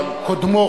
קודמו,